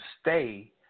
stay